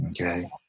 Okay